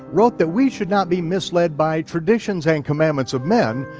wrote that we should not be misled by traditions and commandments of men,